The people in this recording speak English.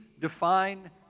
define